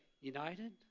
united